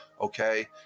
Okay